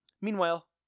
Meanwhile